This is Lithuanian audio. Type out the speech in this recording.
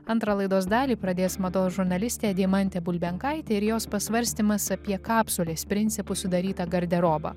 antrą laidos dalį pradės mados žurnalistė deimantė bulbenkaitė ir jos pasvarstymas apie kapsulės principu sudarytą garderobą